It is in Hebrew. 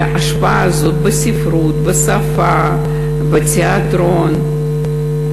ההשפעה הזאת היא בספרות, בשפה, בתיאטרון.